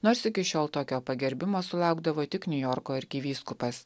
nors iki šiol tokio pagerbimo sulaukdavo tik niujorko arkivyskupas